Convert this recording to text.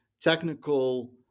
technical